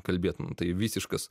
kalbėt tai visiškas